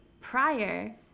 prior